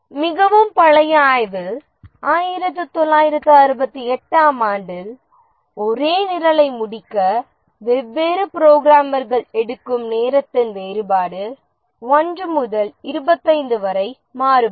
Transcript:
மிகவும் பழைய ஆய்வில் 1968 ஆம் ஆண்டில் ஒரே நிரலை முடிக்க வெவ்வேறு புரோகிராமர்கள் எடுக்கும் நேரத்தின் வேறுபாடு 1 முதல் 25 வரை மாறுபடும்